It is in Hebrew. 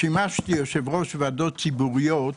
שימשתי יושב-ראש ועדות ציבוריות,